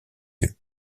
yeux